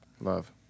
Love